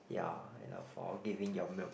ya and for giving your milk